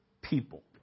people